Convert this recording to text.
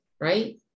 Right